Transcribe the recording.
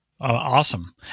awesome